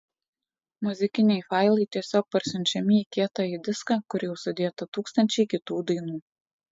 muzikiniai failai tiesiog parsiunčiami į kietąjį diską kur jau sudėta tūkstančiai kitų dainų